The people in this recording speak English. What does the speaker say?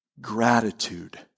Gratitude